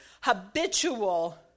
habitual